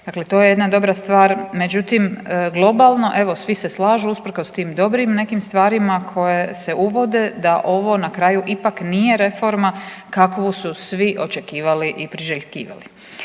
Dakle, to je jedna dobra stvar. Međutim, globalno evo svi se slažu usprkos tim dobrim nekim stvarima koje se uvode da ovo na kraju ipak nije reforma kakvu su svi očekivali i priželjkivali.